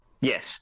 Yes